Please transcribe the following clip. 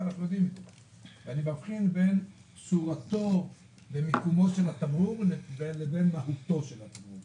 אני מבחין בין צורתו ומיקומו של התמרור לבין מהותו של התמרור.